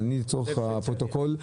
לצורך הפרוטוקול,